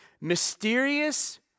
Mysterious